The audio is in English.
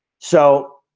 so.